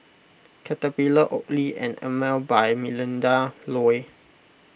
Caterpillar Oakley and Emel by Melinda Looi